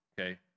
okay